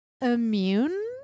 immune